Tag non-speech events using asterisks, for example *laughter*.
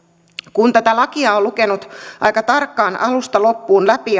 kun tätä lakia ja sen perusteita on lukenut aika tarkkaan alusta loppuun läpi *unintelligible*